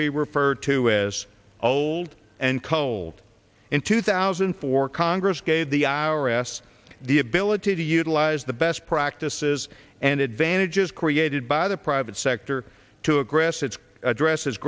be referred to as old and cold in two thousand and four congress gave the i r s the ability to utilize the best practices and advantages created by the private sector to aggress its addresses